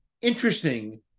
interesting